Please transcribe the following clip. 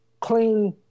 clean